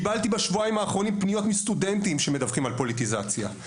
קיבלתי בשבועיים האחרונים פניות מסטודנטים שמדווחים על פוליטיזציה,